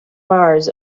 mars